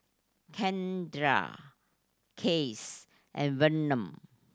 Kendra Cass and Vernon